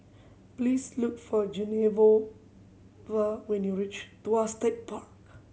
please look for when you reach Tuas Tech Park